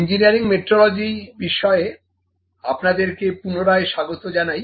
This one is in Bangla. ইঞ্জিনিয়ারিং মেট্রোলজি বিষয়ে আপনাদেরকে পুনরায় স্বাগত জানাই